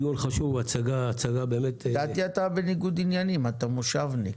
אתה בניגוד עניינים, אתה מושבניק.